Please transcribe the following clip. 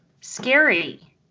scary